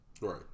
Right